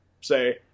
say